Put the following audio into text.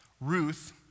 Ruth